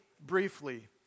briefly